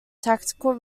tactical